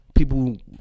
People